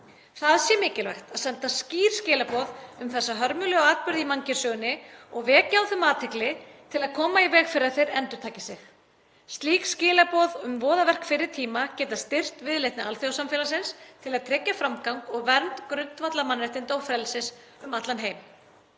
Það sé mikilvægt að senda skýr skilaboð um þessa hörmulegu atburði í mannkynssögunni og vekja á þeim athygli til að koma í veg fyrir að þeir endurtaki sig. Slík skilaboð um voðaverk fyrri tíma geta styrkt viðleitni alþjóðasamfélagsins til að tryggja framgang og vernd grundvallarmannréttinda og frelsis um allan heim.